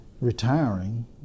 retiring